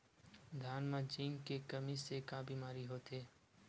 धान म जिंक के कमी से का बीमारी होथे?